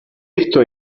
esto